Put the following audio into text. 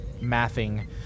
mathing